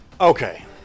Okay